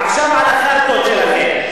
עכשיו על החארטות שלכם.